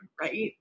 right